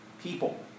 people